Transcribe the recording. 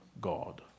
God